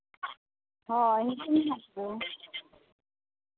ᱦᱳᱭ ᱦᱤᱡᱩᱜ ᱢᱮᱦᱟᱸᱜ ᱛᱚ